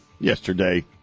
yesterday